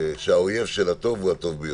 שהאויב של הטוב הוא הטוב ביותר.